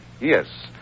Yes